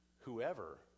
Whoever